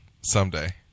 someday